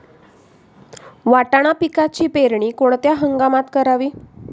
वाटाणा पिकाची पेरणी कोणत्या हंगामात करावी?